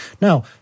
Now